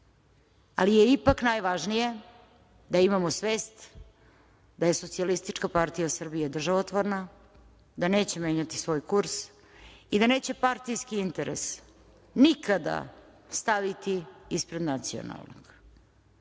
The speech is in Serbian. ali je ipak najvažnije da imamo svest da je SPS državotvorna, da neće menjati svoj kurs i da neće partijski interes nikada staviti ispred nacionalnog.